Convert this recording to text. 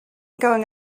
going